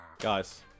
Guys